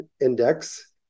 index